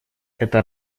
это